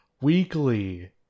weekly